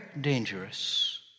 dangerous